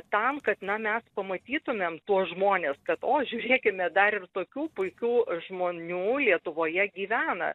tam kad na mes pamatytumėm tuos žmones kad o žiūrėkime dar ir tokių puikių žmonių lietuvoje gyvena